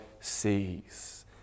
sees